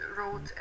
wrote